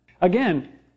Again